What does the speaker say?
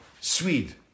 Swede